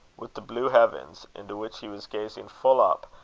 with the blue heavens, into which he was gazing full up,